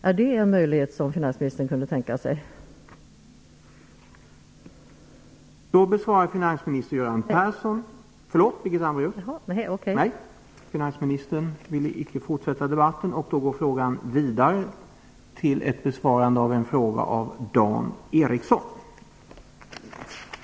Är det en möjlighet som finansministern skulle kunna tänka sig?